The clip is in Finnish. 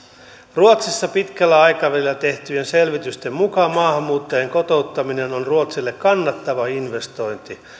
ruotsissa pitkällä aikavälillä tehtyjen selvitysten mukaan maahanmuuttajien kotouttaminen on ruotsille kannattava investointi